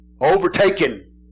overtaken